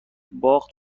باخت